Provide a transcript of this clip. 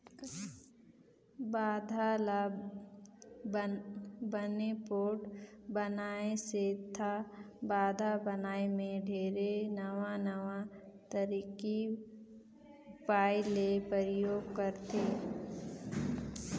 बांधा ल बने पोठ बनाए सेंथा बांध बनाए मे ढेरे नवां नवां तरकीब उपाय ले परयोग करथे